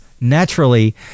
naturally